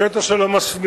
הקטע של המסננים,